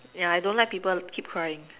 ya I don't like people keep crying